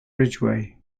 ridgway